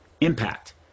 impact